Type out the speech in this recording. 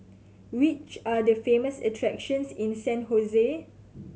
which are the famous attractions in San